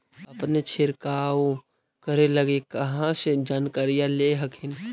अपने छीरकाऔ करे लगी कहा से जानकारीया ले हखिन?